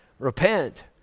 repent